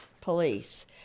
police